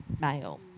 male